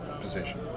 position